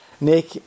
Nick